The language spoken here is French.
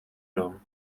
homme